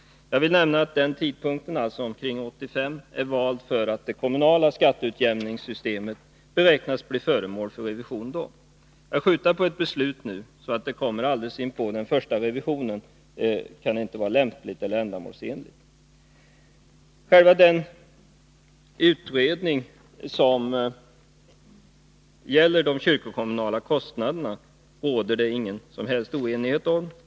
Jag vill nämna att den tidpunkten — alltså omkring 1985 — är vald Torsdagen den därför att det kommunala skatteutjämningssystemet beräknas bli föremål för 13 maj 1982 revision då. Att skjuta på ett beslut nu, så att det kommer alldeles inpå den första revisionen, kan inte vara lämpligt eller ändamålsenligt. Kyrkofonden och Själva utredningen om de kyrkokommunala kostnaderna råder det ingen som helst oenighet om.